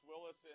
Willis